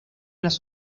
las